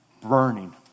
burning